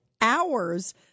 hours